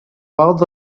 was